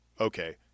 okay